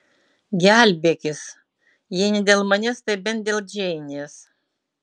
gelbėkis jei ne dėl manęs tai bent dėl džeinės